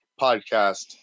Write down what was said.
podcast